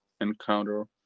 encounter